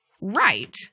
right